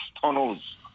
tunnels